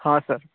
ହଁ ସାର୍